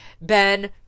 ben